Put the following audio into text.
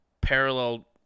parallel